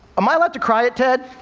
am i allowed to cry at ted?